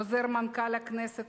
עוזר מנכ"ל הכנסת,